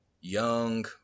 young